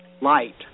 light